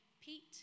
Pete